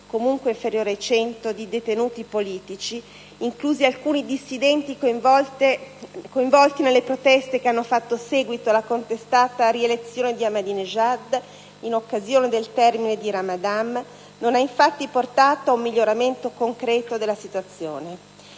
(comunque inferiore ai 100) di detenuti politici - inclusi alcuni dissidenti coinvolti nelle proteste che hanno fatto seguito alla contestata rielezione di Ahmadinejad - in occasione del termine del periodo di Ramadan non ha infatti portato ad un miglioramento concreto della situazione.